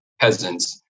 peasants